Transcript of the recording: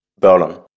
Berlin